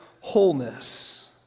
wholeness